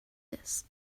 this